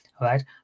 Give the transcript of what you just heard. right